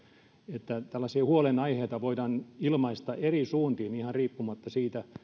että tällaisia huolenaiheita voidaan ilmaista eri suuntiin ihan riippumatta siitä